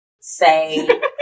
say